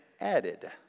added